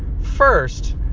First